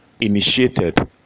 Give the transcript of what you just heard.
initiated